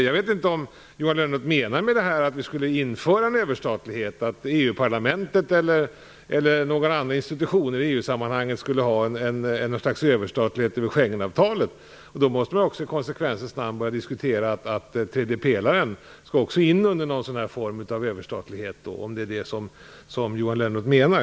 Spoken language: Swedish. Jag vet inte om Johan Lönnroth menar att vi skulle införa en överstatlighet så att EU-parlamentet eller någon annan institution i EU-sammanhanget skulle ha ett slags överstatlighet över Schengenavtalet. Då måste vi också i konsekvensens namn börja diskutera om även den tredje pelaren skall in i någon form av överstatlighet, om det nu är det som Johan Lönnroth menar.